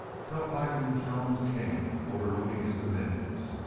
felt like an enthroned king overlooking his dominions.